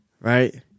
right